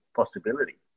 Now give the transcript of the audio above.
Possibility